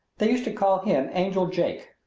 they used to call him angel jake,